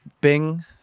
bing